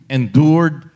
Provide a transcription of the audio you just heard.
endured